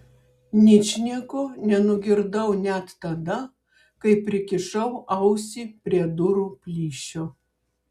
ničnieko nenugirdau net tada kai prikišau ausį prie durų plyšio